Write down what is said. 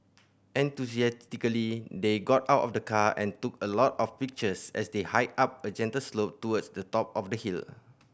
enthusiastically they got out of the car and took a lot of pictures as they hiked up a gentle slope towards the top of the hill